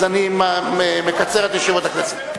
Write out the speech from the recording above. אז אני מקצר את ישיבות הכנסת.